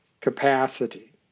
capacity